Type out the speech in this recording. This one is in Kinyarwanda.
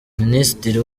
minisitiri